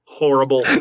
Horrible